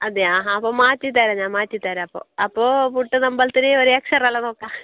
അതെയോ അപ്പോൾ മാറ്റിത്തരാം ഞാൻ മാറ്റിത്തരാം അപ്പോൾ അപ്പോൾ നമുക്കൊരു എക്സ് റേ എല്ലാം നോക്കാം